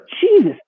Jesus